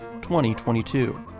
2022